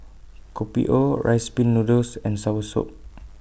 Kopi O Rice Pin Noodles and Soursop